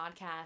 podcast